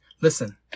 Listen